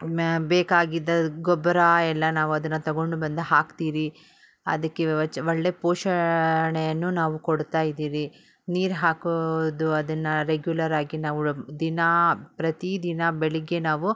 ಮ ಬೇಕಾಗಿದ್ದ ಗೊಬ್ಬರ ಎಲ್ಲ ನಾವು ಅದನ್ನು ತೊಗೊಂಡು ಬಂದು ಹಾಕ್ತೀರಿ ಅದಕ್ಕೆ ಒ ಚ ಒಳ್ಳೆ ಪೋಷಣೆಯನ್ನು ನಾವು ಕೊಡುತ್ತಾಯಿದೀರಿ ನೀರು ಹಾಕೋದು ಅದನ್ನು ರೆಗ್ಯುಲರಾಗಿ ನಾವು ದಿನಾ ಪ್ರತಿ ದಿನ ಬೆಳಗ್ಗೆ ನಾವು